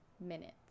minutes